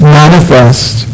manifest